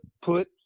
put